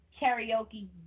karaoke